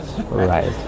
right